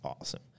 awesome